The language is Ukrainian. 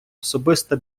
особиста